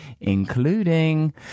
including